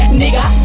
nigga